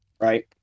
Right